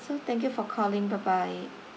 so thank you for calling bye bye